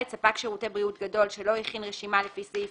ספק שירותי בריאות גדול שלא הכין רשימה לפי סעיף